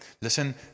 listen